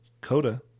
Coda